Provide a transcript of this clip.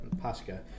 Pascha